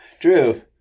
True